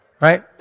Right